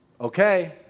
Okay